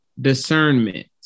Discernment